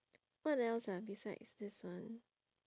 what else ah besides this one